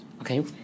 okay